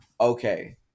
okay